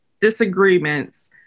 disagreements